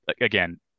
again